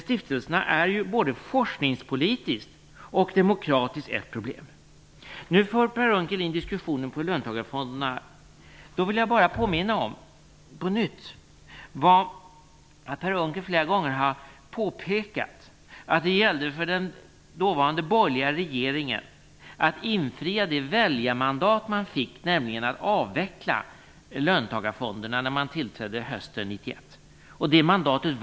Stiftelserna är både forskningspolitiskt och demokratiskt ett problem. Per Unckel för in diskussionen på löntagarfonderna. Jag vill på nytt påminna om det Per Unckel flera gånger har påpekat: Det gällde för den dåvarande borgerliga regeringen att infria det väljarmandat man fick, nämligen att avveckla löntagarfonderna, när man tillträdde hösten 1991.